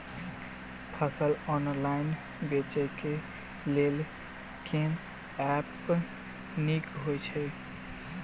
फसल ऑनलाइन बेचै केँ लेल केँ ऐप नीक होइ छै?